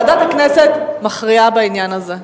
ועדת הכנסת מכריעה בעניין הזה.